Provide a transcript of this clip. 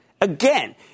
again